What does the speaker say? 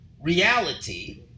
reality